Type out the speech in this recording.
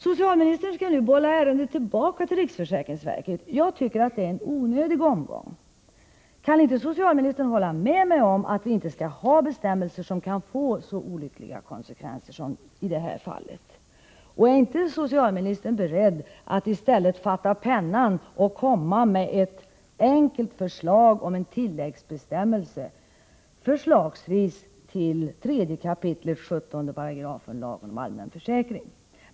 Socialministern skall nu bolla ärendet tillbaka till riksförsäkringsverket. Jag tycker att det är en onödig omgång. Kan inte socialministern hålla med mig om att vi inte skall ha bestämmelser som kan få så olyckliga konsekvenser som i det här fallet? Är inte socialministern beredd att i stället fatta pennan och komma med ett enkelt förslag till tilläggsbestämmelser, förslagsvis till 3 kap. 17 § lagen om allmän försäkring?